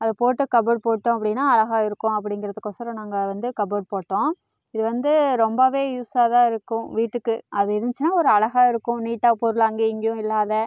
அது போட்டு கப்போர்ட் போட்டோம் அப்படினா அழகாக இருக்கும் அப்படிங்கறதுக்கோசறோம் நாங்கள் வந்து கபோர்டு போட்டோம் இது வந்து ரொம்ப யூஸ்ஸாக தான் இருக்கும் வீட்டுக்கு அது இருந்துச்சுன்னா ஒரு அழகாக இருக்கும் நீட்டாக பொருள் அங்கேயும் இங்கேயும் இல்லாம